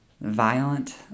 Violent